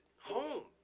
home